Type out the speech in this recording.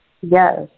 Yes